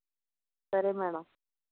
సరే మేడం